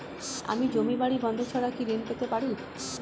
আমি জমি বাড়ি বন্ধক ছাড়া কি ঋণ পেতে পারি?